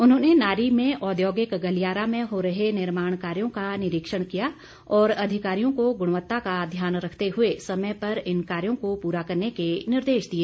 उन्होंने नारी में औद्योगिक गलियारा में हो रहे निर्माण कार्यों का निरीक्षण भी किया और अधिकारियों को गुणवत्ता का ध्यान रखते हुए समय पर इन कार्यों को पूरा करने के निर्देश दिए